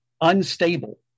unstable